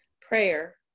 prayer